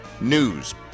news